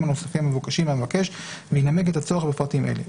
הנוספים המבוקשים מהמבקש וינמק את הצורך בפרטים אלה.